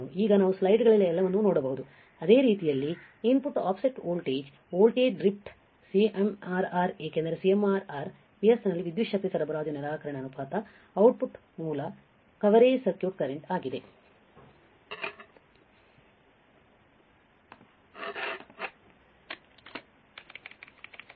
ಈಗ ನಾವು ಸ್ಲೈಡ್ಗಳಲ್ಲಿ ಎಲ್ಲವನ್ನೂ ನೋಡಬಹುದು ಅದೇ ರೀತಿಯಲ್ಲಿ input offset voltage voltage drift drift CMRR ಏಕೆಂದರೆ CMRR ps ನಲ್ಲಿ ವಿದ್ಯುತ್ ಶಕ್ತಿ ಸರಬರಾಜು ನಿರಾಕರಣೆ ಅನುಪಾತದ ಔಟ್ಪುಟ್ ಮೂಲ coverage circuit current circuit current